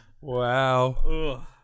Wow